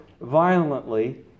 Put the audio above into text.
violently